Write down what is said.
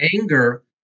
anger